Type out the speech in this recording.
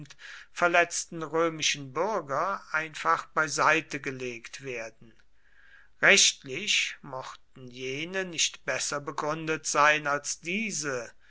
verletzten römischen bürger einfach beiseite gelegt werden rechtlich mochten jene nicht besser begründet sein als diese